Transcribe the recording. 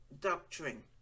doctrine